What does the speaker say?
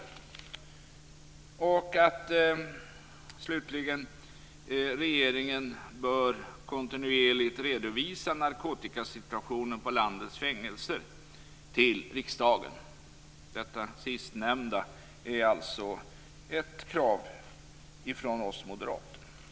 Dessutom bör regeringen kontinuerligt för riksdagen redovisa narkotikasituationen på landets fängelser. Detta sistnämnda är ett krav från oss moderater.